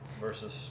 versus